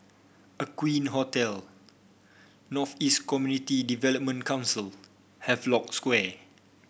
Aqueen Hotel North East Community Development Council Havelock Square